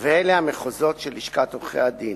ואלה המחוזות של לשכת עורכי-הדין: